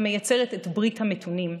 המייצרת את ברית המתונים,